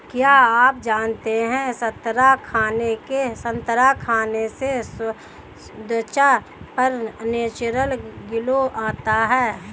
क्या आप जानते है संतरा खाने से त्वचा पर नेचुरल ग्लो आता है?